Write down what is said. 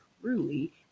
truly